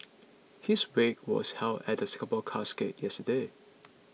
his wake was held at Singapore Casket yesterday